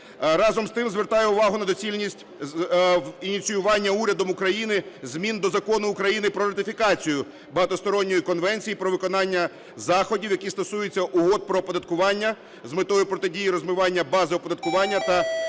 Разом з тим звертає увагу на доцільність ініціювання урядом України змін до Закону України "Про ратифікацію Багатосторонньої конвенції про виконання заходів, які стосуються угод про оподаткування, з метою протидії розмивання бази оподаткування та